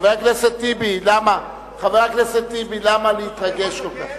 חבר הכנסת טיבי, למה להתרגש כל כך?